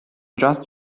just